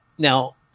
Now